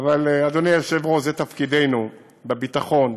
אהל, אדוני היושב-ראש, זה תפקידנו, בביטחון,